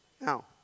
Now